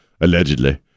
allegedly